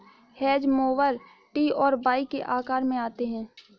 hedge mower T और Y के आकार में आते हैं